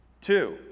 Two